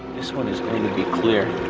this one is going to be clear.